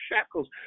shackles